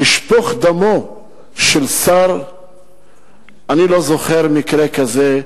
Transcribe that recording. לשפוך דמו של שר אני לא זוכר מקרה כזה.